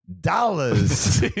dollars